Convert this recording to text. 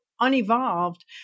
unevolved